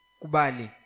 kubali